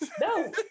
No